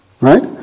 Right